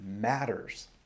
matters